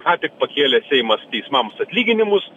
ką tik pakėlė seimas teismams atlyginimus